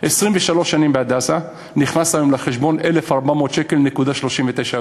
23 שנים ב"הדסה" נכנסו היום לחשבון 1,400.39 שקל.